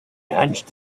hunched